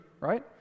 right